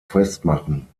festmachen